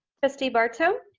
trustee barto.